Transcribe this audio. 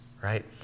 right